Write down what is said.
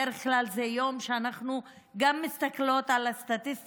בדרך כלל זה יום שבו אנחנו מסתכלות על הסטטיסטיקה,